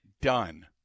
done